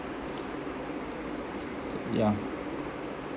so yeah